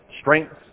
strength